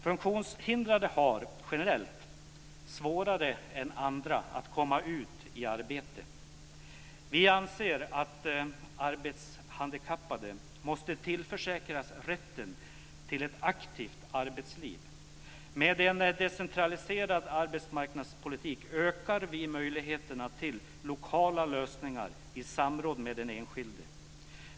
Funktionshindrade har, generellt, svårare än andra att komma ut i arbete. Vi anser att arbetshandikappade måste tillförsäkras rätten till ett aktivt arbetsliv. Med en decentraliserad arbetsmarknadspolitik ökar vi möjligheterna till lokala lösningar i samråd med den enskilde.